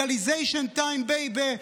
Legalization time, baby.